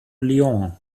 lyon